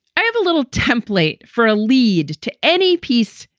i have a little template for a lead to any peace.